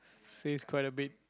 says quite a bit